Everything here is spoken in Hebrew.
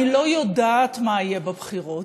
אני לא יודעת מה יהיה בבחירות.